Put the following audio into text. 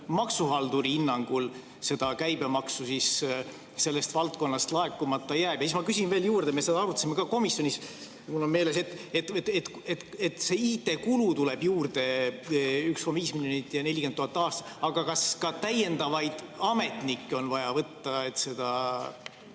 maksuhalduri hinnangul käibemaksu sellest valdkonnast laekumata jääb? Ja ma küsin veel juurde, me arutasime seda ka komisjonis. Mul on meeles, et IT‑kulu tuleb juurde 1,5 miljonit ja 40 000 aastas, aga kas ka täiendavaid ametnikke on vaja tööle võtta, et seda